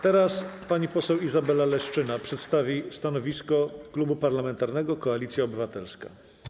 Teraz pani poseł Izabela Leszczyna przedstawi stanowisko Klubu Parlamentarnego Koalicja Obywatelska.